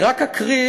אני רק אקריא,